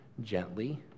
gently